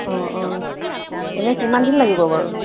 অঁ অঁ এনে কিমান দিন লাগিব বাৰু